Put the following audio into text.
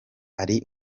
ari